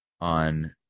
on